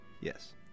Yes